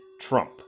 Trump